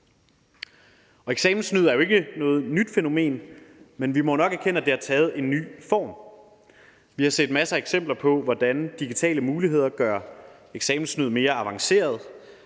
Eksamenssnyd er jo ikke noget nyt fænomen, men vi må jo nok erkende, at det har taget en ny form. Vi har set masser af eksempler på, hvordan digitale muligheder gør eksamenssnyd mere avanceret,